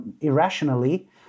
irrationally